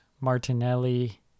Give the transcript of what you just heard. martinelli